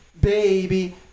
baby